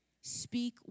Speak